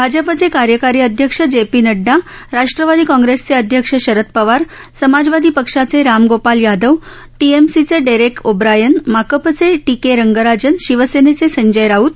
भाजपचे कार्यकारी अध्यक्ष जेपी नड्डा राष्ट्रवादी काँग्रेसचे अध्यक्ष शरद पवार समाजवादी पक्षाचे रामगोपाल यादव टीएमसीचे डेरेक ओब्रायन माकपचे टी के रंगराजन शिवसेनेचे संजय राऊत